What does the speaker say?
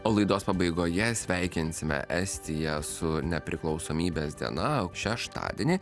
o laidos pabaigoje sveikinsime estiją su nepriklausomybės diena šeštadienį